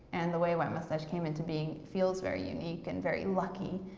and the way white moustache came into being feels very unique and very lucky,